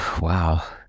wow